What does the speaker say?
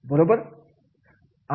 बरोबर